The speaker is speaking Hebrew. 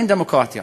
אין דמוקרטיה.